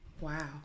wow